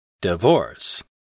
Divorce